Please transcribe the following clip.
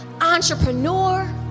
entrepreneur